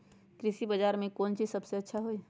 कृषि बजार में कौन चीज सबसे अच्छा होई?